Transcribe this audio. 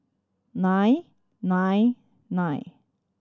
nine nine nine